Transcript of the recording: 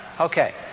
Okay